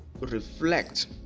reflect